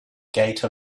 gate